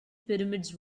pyramids